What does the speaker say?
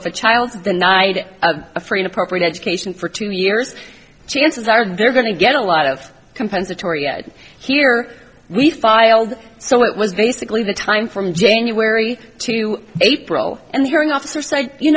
the child's denied a free an appropriate education for two years chances are they're going to get a lot of compensatory yet here we filed so it was basically the time from january to april and the hearing officer said you